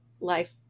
life